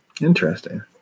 Interesting